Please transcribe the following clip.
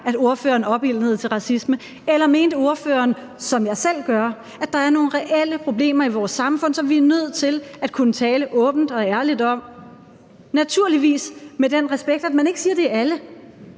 at ordføreren opildnede til racisme, eller mente ordføreren, som jeg selv gør, at der er nogle reelle problemer i vores samfund, som vi er nødt til at kunne tale åbent og ærligt om, og naturligvis med den respekt, at man ikke siger, at det er alle